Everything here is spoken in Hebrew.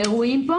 לאירועים פה